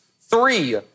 Three